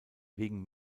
wegen